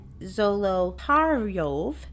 Zolotaryov